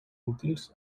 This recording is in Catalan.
útils